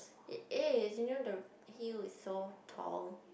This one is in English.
it is you know the heel is so tall